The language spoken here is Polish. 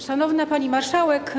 Szanowna Pani Marszałek!